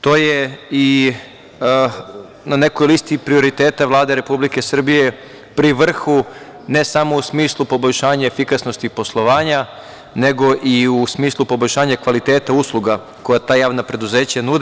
To je i na nekoj listi prioriteta Vlade Republike Srbije, pri vrhu ne samo u smislu poboljšanja efikasnosti poslovanja, nego i u smislu poboljšanja kvaliteta usluga koje ta javna preduzeća nude.